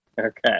Okay